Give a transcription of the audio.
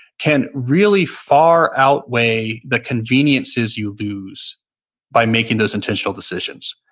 can really far outweigh the conveniences you lose by making those intentional decisions.